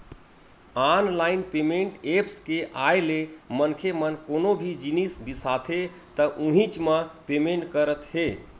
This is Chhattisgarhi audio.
ऑनलाईन पेमेंट ऐप्स के आए ले मनखे मन कोनो भी जिनिस बिसाथे त उहींच म पेमेंट करत हे